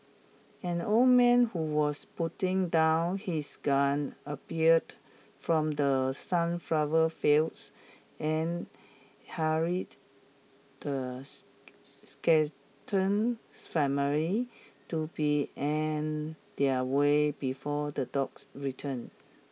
an old man who was putting down his gun appeared from the sunflower fields and hurried the family to be on their way before the dogs return